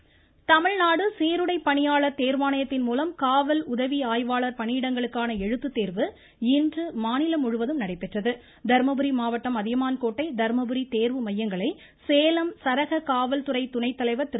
தேர்வு தமிழ்நாடு சீருடைப் பணியாளர் தேர்வாணையத்தின் மூலம் காவல் உதவி ஆய்வாளர் பணியிடங்களுக்கான எழுத்துத்தேர்வு இன்று மாநிலம் முழுவதும் நடைபெற்றது தர்மபுரி மாவட்டம் அதியமான்கோட்டை தர்மபுரி தேர்வு மையங்களை சேலம் சரக காவல் துறை துணை தலைவர் திரு